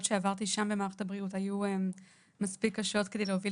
שעברתי שם במערכת הבריאות היו מספיק קשות כדי להוביל